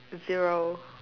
zero